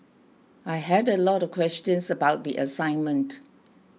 I had a lot of questions about the assignment